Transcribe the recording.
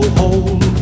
hold